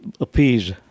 appease